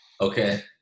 Okay